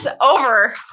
over